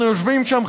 אנחנו יושבים שם,